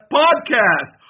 podcast